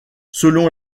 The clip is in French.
selon